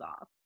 off